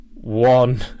one